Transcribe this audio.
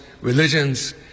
religions